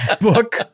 Book